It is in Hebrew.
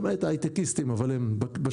למעט ההייטקיסטים אבל הם בשוליים.